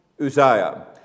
Uzziah